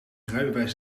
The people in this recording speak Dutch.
rijbewijs